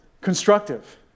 constructive